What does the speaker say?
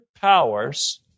powers